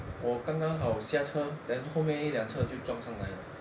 我刚刚好下车 then 后面一辆车就撞上来了